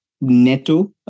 Neto